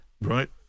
Right